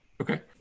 okay